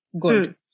good